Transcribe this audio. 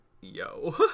yo